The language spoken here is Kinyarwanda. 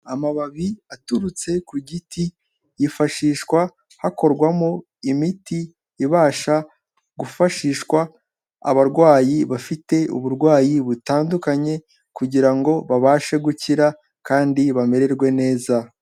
Amababi aturutse ku giti, yifashishwa hakorwamo imiti ibasha gufashishwa abarwayi bafite uburwayi butandukanye kugira ngo babashe gukira kandi bamererwe neza.